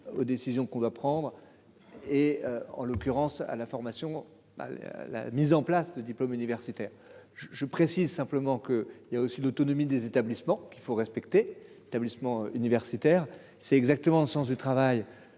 aux décisions qu'on doit prendre. Et en l'occurrence à la formation à la mise en place de diplômes universitaire je je précise simplement que il y a aussi l'autonomie des établissements, qu'il faut respecter établissements universitaires. C'est exactement le sens du travail